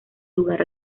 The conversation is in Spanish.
lugar